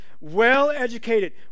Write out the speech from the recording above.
well-educated